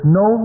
no